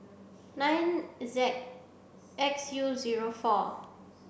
nine Z X U zero four